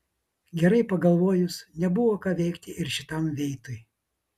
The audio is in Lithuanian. gerai pagalvojus nebuvo ką veikti ir šitam veitui